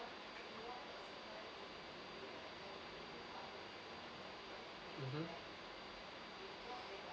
mmhmm